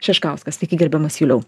šeškauskas sveiki gerbiamas juliau